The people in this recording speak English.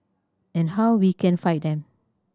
and how we can fight them